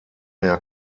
mehr